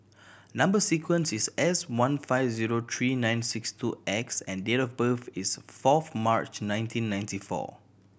number sequence is S one five zero three nine six two X and date of birth is fourth March nineteen ninety four